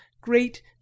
great